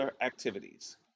activities